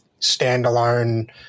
standalone